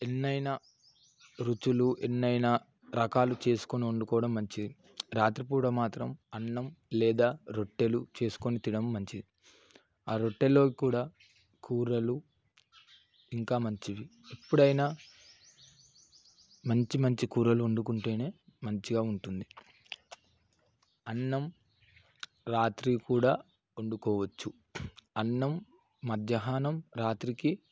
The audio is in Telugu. ఎన్ని అయినా రుచులు ఎన్ని అయినా రకాలు చేసుకొని వండుకోవడం మంచిది రాత్రిపూట మాత్రం అన్నం లేదా రొట్టెలు చేసుకొని తినడం మంచిది ఆ రొట్టెలో కూడా కూరలు ఇంకా మంచివి ఎప్పుడైనా మంచి మంచి కూరలు వండుకుంటేనే మంచిగా ఉంటుంది అన్నం రాత్రి కూడా వండుకోవచ్చు అన్నం మధ్యాహ్నం రాత్రికి